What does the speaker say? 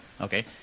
Okay